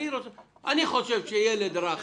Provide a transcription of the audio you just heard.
אני חושב שילד רך